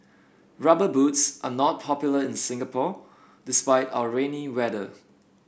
rubber boots are not popular in Singapore despite our rainy weather